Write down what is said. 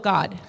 God